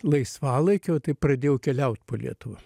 laisvalaikiu va taip pradėjau keliaut po lietuvą